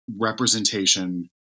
representation